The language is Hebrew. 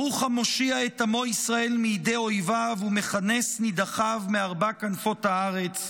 ברוך המושיע את עמו ישראל מידי אויביו ומכנס נידחיו מארבע כנפות הארץ,